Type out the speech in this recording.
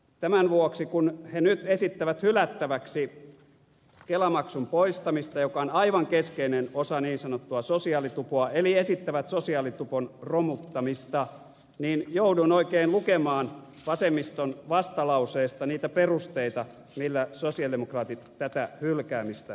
tämän vuoksi kun he nyt esittävät hylättäväksi kelamaksun poistamista joka on aivan keskeinen osa niin sanottua sosiaalitupoa eli esittävät sosiaalitupon romuttamista niin jouduin oikein lukemaan vasemmiston vastalauseesta niitä perusteita millä sosialidemokraatit tätä hylkäämistä esittävät